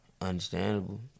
Understandable